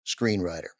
screenwriter